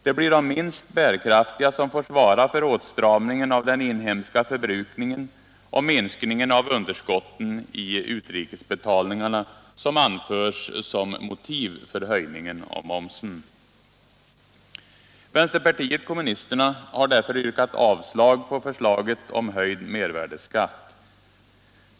Det blir de minst bärkraftiga som får svara för åtstramningen av den inhemska förbrukningen och minskning en av underskotten i utrikesbetalningarna, som anförs som motiv för höjningen av momsen. Vänsterpartiet kommunisterna har därför yrkat avslag på förslaget om höjd mervärdeskatt.